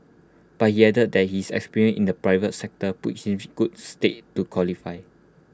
but he added that his experience in the private sector puts him in good stead to qualify